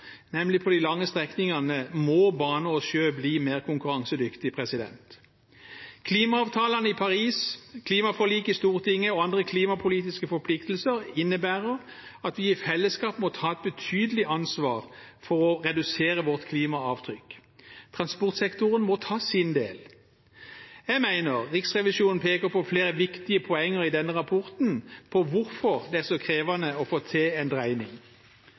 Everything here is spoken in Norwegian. nemlig på de lange strekningene, må bane og sjø bli mer konkurransedyktig. Klimaavtalen i Paris, klimaforliket i Stortinget og andre klimapolitiske forpliktelser innebærer at vi i fellesskap må ta et betydelig ansvar for å redusere vårt klimaavtrykk. Transportsektoren må ta sin del. Jeg mener Riksrevisjonen i denne rapporten peker på flere viktige poenger om hvorfor det er så krevende å få til en dreining.